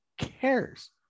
Cares